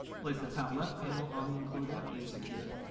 place the top left panel on the enclosure and secure